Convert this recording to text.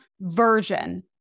version